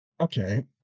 Okay